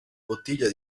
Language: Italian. bottiglia